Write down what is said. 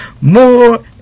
more